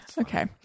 Okay